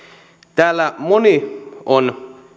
täällä moni on